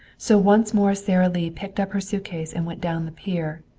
so once more sara lee picked up her suitcase and went down the pier.